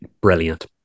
Brilliant